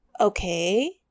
Okay